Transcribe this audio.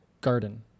garden